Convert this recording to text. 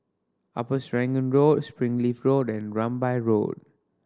Upper Serangoon Road Springleaf Road and Rambai Road